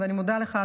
ואני מודה לך,